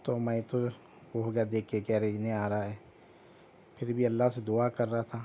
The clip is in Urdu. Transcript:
تو میں تو وہ ہوگیا دیکھ کے کہ ارے انہیں آ رہا ہے پھر بھی اللہ سے دعا کر رہا تھا